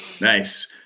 Nice